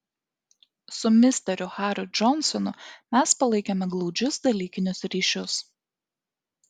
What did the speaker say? su misteriu hariu džonsonu mes palaikėme glaudžius dalykinius ryšius